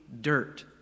dirt